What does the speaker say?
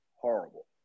horrible